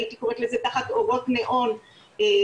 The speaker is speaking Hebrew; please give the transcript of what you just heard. הייתי קוראת לזה תחת אורות ניאון בחוצות,